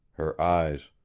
her eyes,